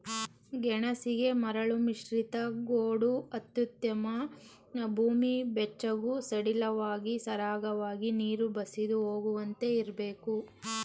ಗೆಣಸಿಗೆ ಮರಳುಮಿಶ್ರಿತ ಗೋಡು ಅತ್ಯುತ್ತಮ ಭೂಮಿ ಬೆಚ್ಚಗೂ ಸಡಿಲವಾಗಿ ಸರಾಗವಾಗಿ ನೀರು ಬಸಿದು ಹೋಗುವಂತೆ ಇರ್ಬೇಕು